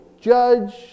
Judge